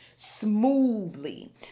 Smoothly